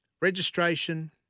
Registration